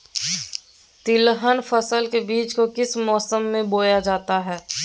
तिलहन फसल के बीज को किस मौसम में बोया जाता है?